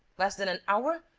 less than an hour?